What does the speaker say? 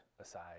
aside